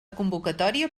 convocatòria